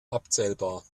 abzählbar